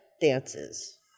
dances